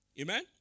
Amen